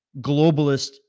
globalist